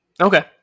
Okay